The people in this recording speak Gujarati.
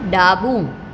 ડાબું